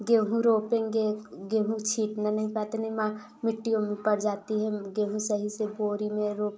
गेंहू रोपेंगे गेंहू छीटना नहीं पाते नहीं मा मिटियों में पर जाती है गेंहू सही से बोरी मे रोप